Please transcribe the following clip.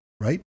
right